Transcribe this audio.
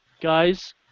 Guys